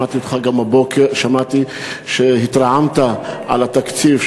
שמעתי שהתרעמת על התקציב,